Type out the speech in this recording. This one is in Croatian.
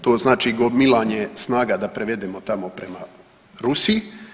To znači gomilanje snaga da prevedemo tamo prema Rusiji.